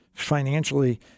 financially